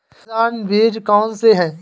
किसान बीमा कौनसे हैं?